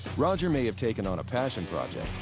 roger may have taken on a passion project.